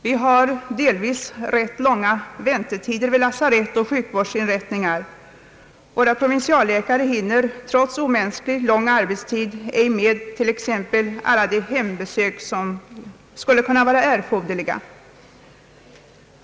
Vi har delvis rätt långa väntetider vid lasarett och sjukvårdsinrättningar; Våra provinsial läkare hinner, trots omänskligt lång arbetstid, inte med t.ex. alla de hembesök som skulle vara önskvärda.